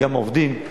וגם העובדים,